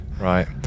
Right